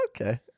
okay